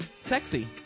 sexy